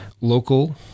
local